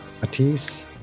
Matisse